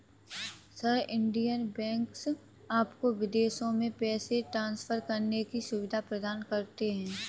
sir, Indian banks आपको विदेशों में पैसे ट्रान्सफर करने की सुविधा प्रदान करते हैं